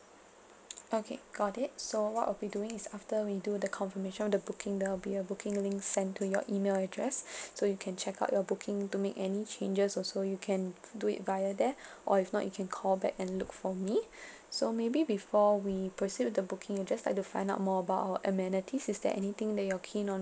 okay got it so what I'll be doing is after we do the confirmation of the booking there'll be a booking link send to your email address so you can check out your booking to make any changes also you can do it via there or if not you can call back and look for me so maybe before we proceed with the booking you just like to find out more about our amenities is there anything that you're keen on